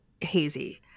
hazy